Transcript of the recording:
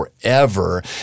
forever